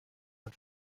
und